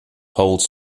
holds